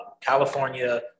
California